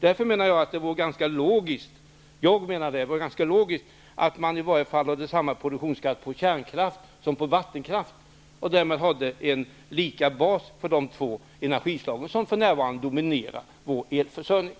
Därför vore det ganska logiskt att ha samma produktionsskatt på kärnkraft som på vattenkraft och därmed samma bas för de två energislagen, som för närvarande dominerar vår elförsörjning.